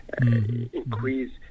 Increase